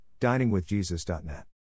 diningwithjesus.net